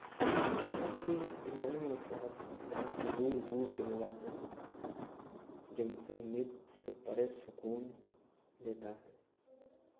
बनारस में भी एक जाने माने शहर है यहाँ पे दूर दूर के लोग आते हैं जो उनसे उम्मीद से परे सुकून देता है